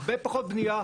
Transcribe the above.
הרבה פחות בנייה,